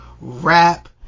rap